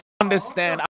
understand